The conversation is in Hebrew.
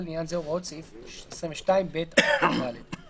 לעניין זה הוראות סעיף 22(ב) עד (ד);